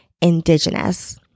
indigenous